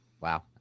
Wow